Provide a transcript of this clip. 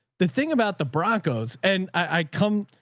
the thing about the broncos and i come,